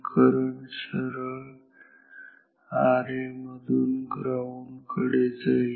current सरळ Ra मधून ground कडे जाईल